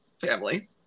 family